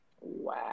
wow